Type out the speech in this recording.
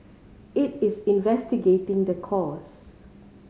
it is investigating the cause